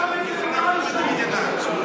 ראש הממשלה שלך שם את זה בבלפור.